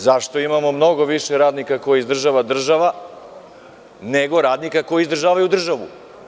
Zašto imamo mnogo više radnika koje izdržava država, nego radnika koji izdržavaju državu?